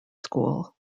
school